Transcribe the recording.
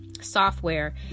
software